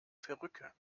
perücke